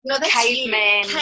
Caveman